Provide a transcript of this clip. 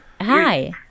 Hi